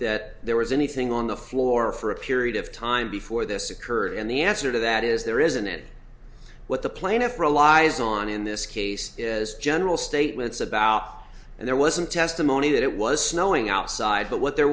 that there was anything on the floor for a period of time before this occurred and the answer to that is there isn't it what the plaintiff relies on in this case is general statements about and there wasn't testimony that it was snowing outside but what there